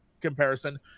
comparison